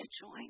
join